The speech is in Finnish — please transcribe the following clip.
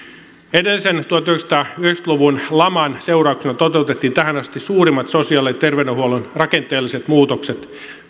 edellisen tuhatyhdeksänsataayhdeksänkymmentä luvun laman seurauksena toteutettiin tähän asti suurimmat sosiaali ja terveydenhuollon rakenteelliset muutokset